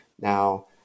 Now